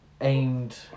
aimed